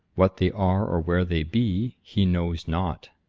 what they are or where they be, he knows not.